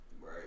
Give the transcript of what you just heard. right